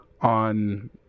on